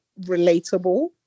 relatable